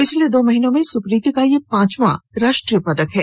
पिछले दो महीने में सुप्रीति का यह पांचवा राष्ट्रीय पदक है